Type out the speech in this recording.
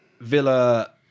Villa